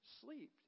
sleep